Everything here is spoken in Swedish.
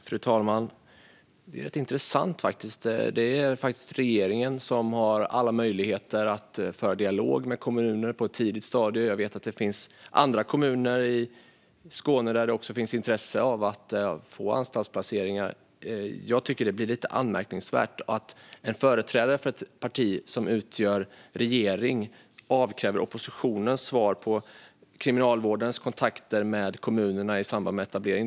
Fru talman! Detta är intressant. Regeringen har faktiskt alla möjligheter att på ett tidigt stadium föra dialog med kommuner. Jag vet att det finns andra kommuner i Skåne som har ett intresse av att få anstaltsplaceringar. Det är anmärkningsvärt när en företrädare för ett parti som utgör regeringsunderlaget avkräver svar från oppositionen när det gäller Kriminalvårdens kontakter med kommunerna i samband med etablering.